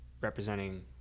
representing